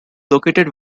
located